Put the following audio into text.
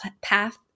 path